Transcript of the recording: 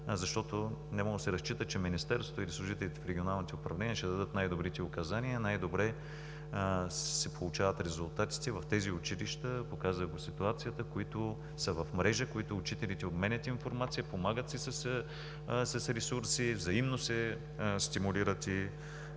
защото не може да се разчита, че Министерството или служителите в регионалните управления ще дадат най-добрите указания. Най-добре се получават резултатите в тези училища – показа го ситуацията, които са в мрежа, в които учителите обменят информация, помагат си с ресурси, взаимно се стимулират и